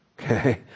Okay